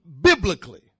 biblically